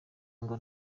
ngo